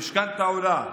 המשכנתה עולה.